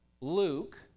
Luke